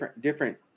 different